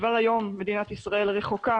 כבר היום מדינת ישראל רחוקה